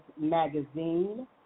Magazine